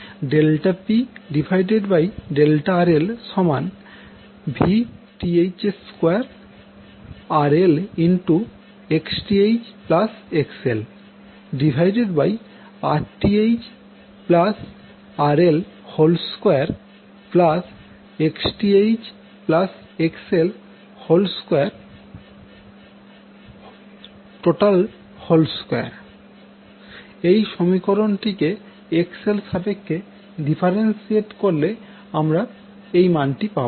ΔPΔRL সমান Vth2 RLXthXL Rth RL2 Xth XL22 এই সমীকরণটি কে XL সাপেক্ষে ডিফারেন্সিয়েট করলে আমরা এই মানটি পাবো